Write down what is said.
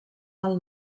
del